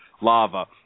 lava